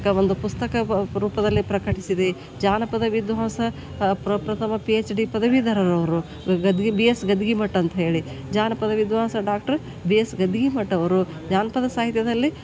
ಒಂದು ಪುಸ್ತಕ ವ ರೂಪದಲ್ಲಿ ಪ್ರಕಟಿಸಿದೆ ಜಾನಪದ ವಿದ್ವಾಂಸ ಪ್ರಪ್ರಥಮ ಪಿ ಎಚ್ ಡಿ ಪದವೀದರರು ಅವರು ಗದ್ಗೆ ಬಿ ಎಸ್ ಗದ್ದಗಿಮಠ ಅಂತ ಹೇಳಿ ಜಾನಪದ ವಿದ್ವಾಂಸ ಡಾಕ್ಟರ್ ಬಿ ಎಸ್ ಗದ್ದಗಿಮಠ ಅವರು ಜಾನಪದ ಸಾಹಿತ್ಯದಲ್ಲಿ